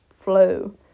flow